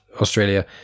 Australia